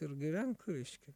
ir gyvenk reiškia